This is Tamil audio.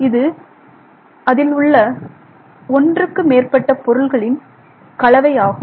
இது அதில் உள்ள ஒன்றுக்கு மேற்பட்ட பொருள்களின் கலவையாகும்